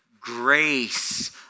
grace